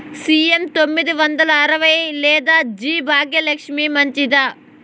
CM తొమ్మిది వందల అరవై లేదా జి భాగ్యలక్ష్మి మంచిదా?